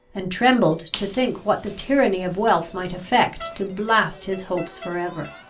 and trembled to think what the tyranny of wealth might effect to blast his hopes for ever.